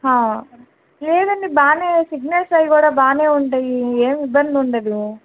లేదండి బాగానే సిగ్నల్స్ అవి కూడా బాగానే ఉంటాయి ఏమి ఇబ్బంది ఉండదు